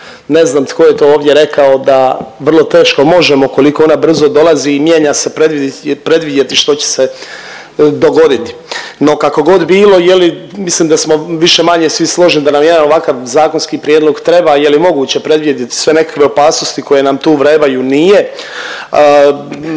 ne znam tko je to ovdje rekao, da vrlo teško možemo koliko ona brzo dolazi i mijenja se, predvidjeti što će se dogoditi. No kakogod bilo mislim da smo više-manje svi složni da nam jedan ovakav zakonski prijedlog treba i je li moguće predvidjeti sve nekakve opasnosti koje nam tu vrebaju? Nije.